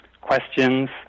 questions